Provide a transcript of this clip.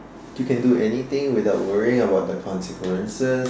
you can do anything without worrying about the consequences